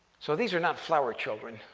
so, these are not flower children.